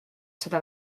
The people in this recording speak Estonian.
seda